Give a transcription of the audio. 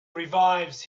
revives